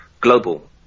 Global